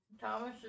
Thomas